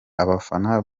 abafana